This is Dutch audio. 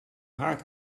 haard